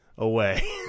Away